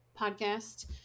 podcast